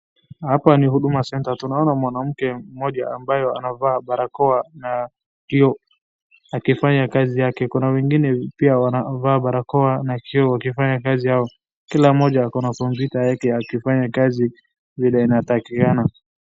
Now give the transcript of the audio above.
Hapa ni huduma center . Tunaona mwanamke mmoja ambaye anavaa barakoa na kioo akifanya kazi yake. Kuna wengine pia wanavaa barakoa na kioo wakifanya kazi zao. Kila mmoja ako na kompyuta yake akifanya kazi vile inatakikana.